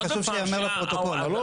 וחשוב שייאמר לפרוטוקול.